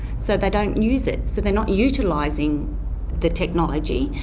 so they don't use it, so they're not utilising the technology.